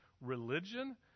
religion